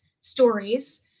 stories